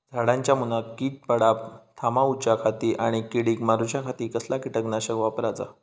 झाडांच्या मूनात कीड पडाप थामाउच्या खाती आणि किडीक मारूच्याखाती कसला किटकनाशक वापराचा?